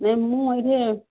ଏ ମୁଁ ଏଇଠେ